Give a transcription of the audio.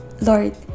lord